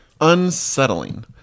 unsettling